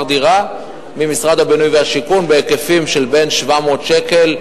דירה ממשרד הבינוי והשיכון בהיקפים שמ-700 שקל,